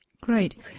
Great